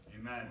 Amen